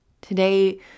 Today